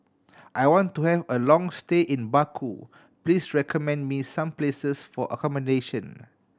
I want to have a long stay in Baku please recommend me some places for accommodation